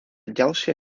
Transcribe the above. ďalšie